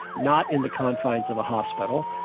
not in the confines of a hospital,